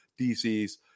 DC's